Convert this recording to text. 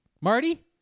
Marty